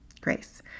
grace